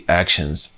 actions